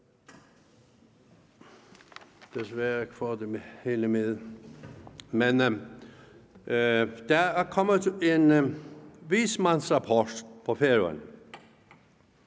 Der er kommet en vismandsrapport for